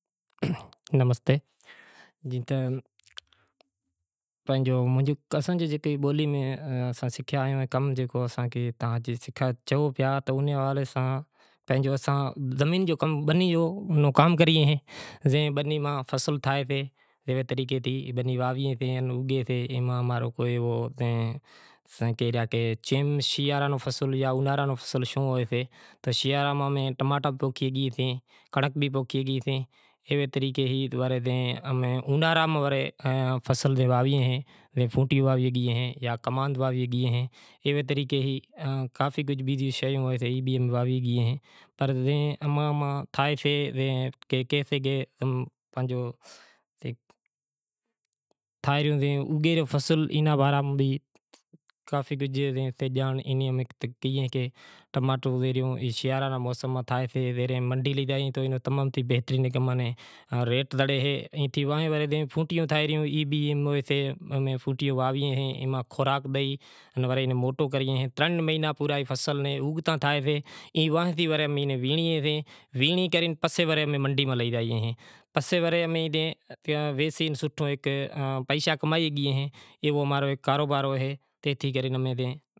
تو ایئے ہاروں تھے امیں بچت تھے رہی ای امیں مال راکھی کرے بچت کری گی ہیں ودھیک امیں بدہی کری پوتا میں سوٹھا نمونا تھیں ہالیں سوٹھا ویچار راکھو کہ سوٹھی اماری زندگی گزری اے ایوے طریقے امیں زندگی ماں کافی کجھ شیوں حاصلات کریا ہاروں تھے ماں رے امیں بدہی راکھشوں تو گھر ماں ایک ہلاواں تو کامیاب تھے گئی ای ماں تھے اماں بدہاں ہیک تھی ہلیو پنڑ ودھیک امارو ای سے کہ پوتا نی بنی ماں جاں پوتاں نی گھرے زے ماں رے کمائی ہاسے ای حساب اے بنی ماں جے ماں کام کری ایں ای حساب اے ماں رے بنی ماں کام کری ایں ای حساب تھی اماں نیں تھائیسے بچت ای ماں امیں پوتانو پعٹ گزر کرے گی ہیں، ورے اماں ناں ورے نقصان تھی زائے تو ای ماں امیں ساہن کری کری ورے اماں ری ایئں پوری کرے ڈیوے تو ای حساب اے کی ای امارو کام اے ای امیں کری ریا۔